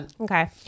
Okay